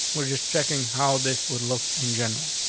we're just checking how this would look in general.